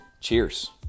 Cheers